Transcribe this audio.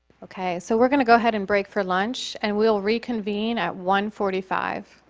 ok. so we're going to go ahead and break for lunch and we'll reconvene at one forty five.